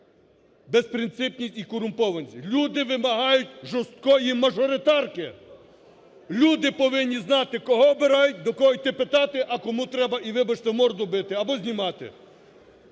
безпринципність і корумпованість. Люди вимагають жорсткої мажоритарки, люди повинні знати кого обирають, до кого йти питати, а кому треба, і вибачте, і морду бити, або знімати.